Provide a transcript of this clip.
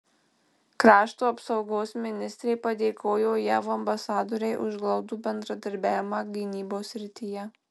krašto apsaugos ministrė padėkojo jav ambasadorei už glaudų bendradarbiavimą gynybos srityje